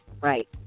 Right